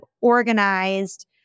organized